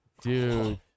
Dude